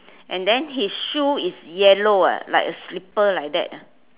and then his shoes is yellow ah like slipper like that ah